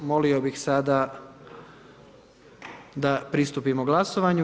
Molio bih sada da pristupimo glasovanju.